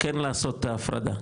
כן לעשות את ההפרדה,